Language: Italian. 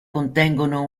contengono